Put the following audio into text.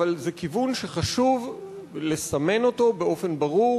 אבל זה כיוון שחשוב לסמן אותו באופן ברור